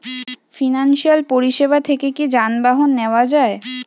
Financial পরিসেবা থেকে কি যানবাহন নেওয়া যায়?